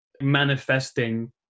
manifesting